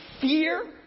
fear